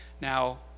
now